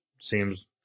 seems